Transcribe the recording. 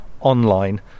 online